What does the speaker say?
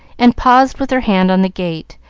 and paused with her hand on the gate,